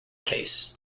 case